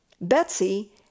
Betsy